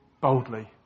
boldly